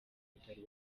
batari